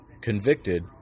convicted